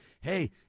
hey